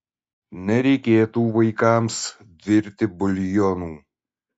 nereikėtų vaikams virti buljonų